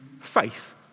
faith